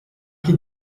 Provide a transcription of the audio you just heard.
chi